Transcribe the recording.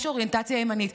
יש אוריינטציה ימנית.